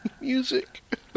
music